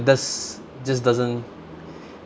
does just doesn't